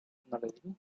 odnaleźli